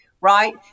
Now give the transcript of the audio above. right